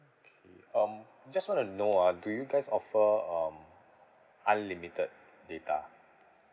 K um just want to know ah do you guys offer um unlimited data